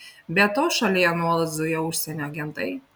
be to šalyje nuolat zujo užsienio agentai